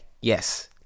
Yes